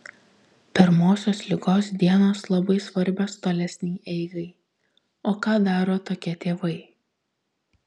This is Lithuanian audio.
pirmosios ligos dienos labai svarbios tolesnei eigai o ką daro tokie tėvai